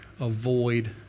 Avoid